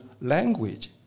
language